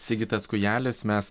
sigitas kūjelis mes